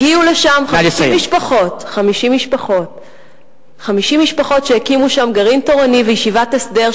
הגיעו לשם 50 משפחות שהקימו שם גרעין תורני וישיבת הסדר,